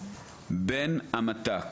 בין המת"ק